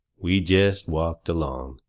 we jest walked along,